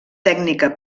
tècnica